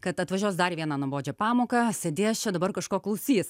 kad atvažiuos dar vieną nuobodžią pamoką sėdės čia dabar kažko klausys